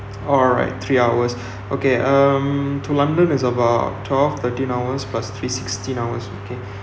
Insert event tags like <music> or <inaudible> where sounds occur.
alright three hours <breath> okay um to london is about twelve thirteen hours plus three sixteen hours okay <breath>